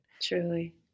Truly